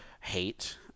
Hate